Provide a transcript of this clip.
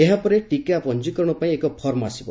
ଏହାପରେ ଟିକା ପଞ୍ଞୀକରଣ ପାଇଁ ଏକ ଫର୍ମ ଆସିବ